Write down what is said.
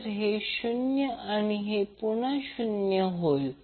तर हे 0 आणि हे पुन्हा 0 होईल